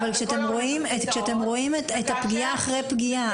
אבל כשאתם רואים פגיעה אחר פגיעה,